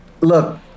Look